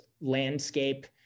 landscape